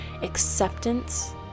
acceptance